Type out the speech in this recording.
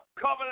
Cover